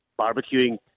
barbecuing